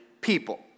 people